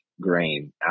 grain